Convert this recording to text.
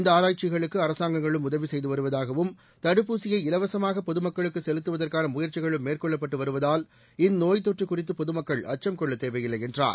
இந்த ஆராய்ச்சிகளுக்கு அரசாங்கங்களும் உதவி செய்து வருவதாகவும் தடுப்பூசியை இலவசமாக பொதுமக்களுக்கு செலுத்துவதற்கான முயற்சிகளும் மேற்கொள்ளப்பட்டு வருவதால் இந்நோய்த் தொற்று குறித்து பொதுமக்கள் அச்சம் கொள்ளத் தேவையில்லை என்றார்